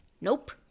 Nope